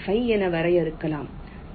5 என வரையறுக்கலாம்